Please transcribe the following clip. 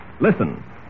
Listen